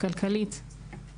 כלכלית.